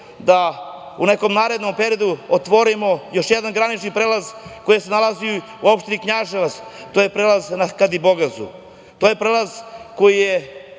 da u nekom narednom periodu otvorimo još jedan granični prelaz koji se nalazi u opštini Knjaževac, to je prelaz na Kadibogazu, prelaz koji je